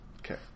Okay